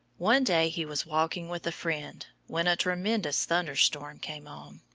one day he was walking with a friend, when a tremendous thunderstorm came on.